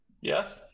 yes